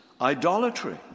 Idolatry